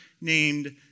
named